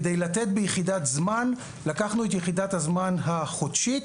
כדי לתת ביחידת זמן, לקחנו את יחידת הזמן החודשית,